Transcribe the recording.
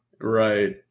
Right